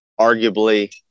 arguably